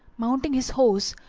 mounting his horse,